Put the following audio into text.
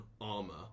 armor